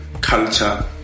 culture